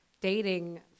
dating